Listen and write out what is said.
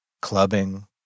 clubbing